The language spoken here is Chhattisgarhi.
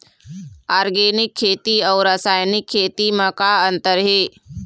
ऑर्गेनिक खेती अउ रासायनिक खेती म का अंतर हे?